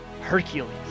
Hercules